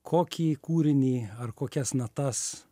kokį kūrinį ar kokias natas